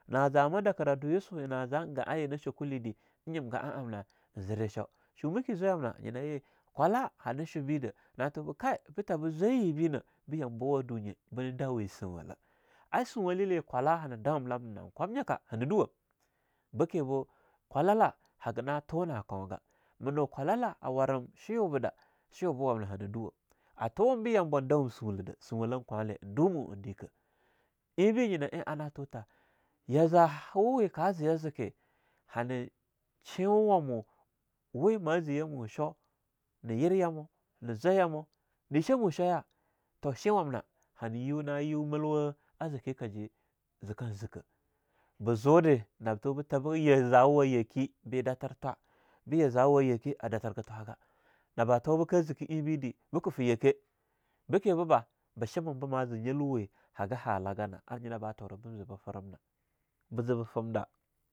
Na zama dakirah du yisunya nah zah ein gah'a yina shokule de ein nyim gah'a amna ein zere sho. Shumiki zwayamna nyena ye kwallah hana shubidah na tuba kai beta be zwaya yibe nah be yambowa dunye bin dwe sunwalah. A sunwalale kwalah hana dawum lamnana einkwamnyakah hana duwam bekebo kwala hagana tuna kaunga ma nu kwalala a waram shuyubada, shuyubah wamna hana duwam, a tuwum be yambo ein dawum sunlah de, sunwallah kwahleh ein dumo ein dekah. Einbe nyinah ein ana tutah yahzah huweh ka ze ya zeke, hane shinwa wamo we ma zeya mosho, na yerah yamo, na zwayamo, na shamo shwaya, toh sheinwamnah hanah yu na yumilwa a zekiya kaje, zekan zikah. Ba zu de nab toh be tabo ya zawa yake be datir thwa, be yazawa yake a datirgah thawgwh na ba tuwa be kah zike einbe de bike fiyake, bekebu bah? Bah shimam be ma zee nyilwe hagah hallah ganah ar nyinah ba tura bib zee bab fram nah. bah zeba fimda...